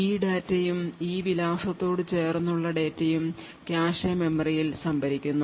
ഈ ഡാറ്റയും ഈ വിലാസത്തോട് ചേർന്നുള്ള ഡാറ്റയും കാഷെ മെമ്മറിയിൽ സംഭരിക്കുന്നു